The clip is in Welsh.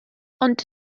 ond